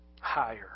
higher